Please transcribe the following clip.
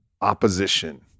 opposition